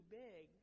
big